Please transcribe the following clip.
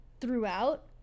throughout